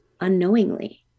unknowingly